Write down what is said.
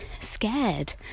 scared